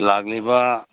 ꯂꯥꯛꯂꯤꯕ